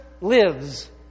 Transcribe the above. lives